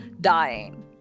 dying